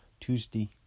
Tuesday